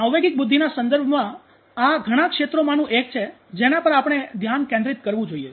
સાંવેગિક બુદ્ધિના સંદર્ભમાં આ ઘણા ક્ષેત્રમાંનું એક છે જેના પર આપણે ધ્યાન કેન્દ્રિત કરવું જોઈએ